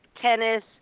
tennis